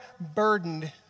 burdened